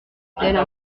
telles